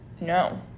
No